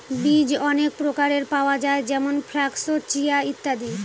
বীজ অনেক প্রকারের পাওয়া যায় যেমন ফ্লাক্স, চিয়া, ইত্যাদি